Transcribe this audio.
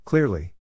Clearly